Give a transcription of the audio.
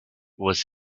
was